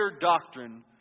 doctrine